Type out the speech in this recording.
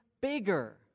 bigger